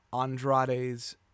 Andrade's